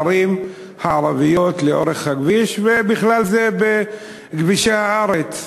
הערים הערביות לאורך הכביש ובכלל בכבישי הארץ.